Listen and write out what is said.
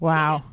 Wow